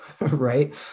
right